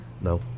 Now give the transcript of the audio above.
no